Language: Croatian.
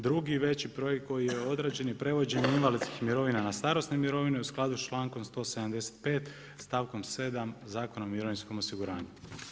Drugi veći projekt koji je odrađen i prevođen invalidskih mirovina na starosne mirovine u skladu s čl.175 stavkom 7. Zakona o mirovinskom osiguranju.